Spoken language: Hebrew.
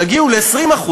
תגיעו ל-20%,